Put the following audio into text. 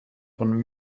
von